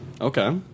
Okay